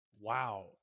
wow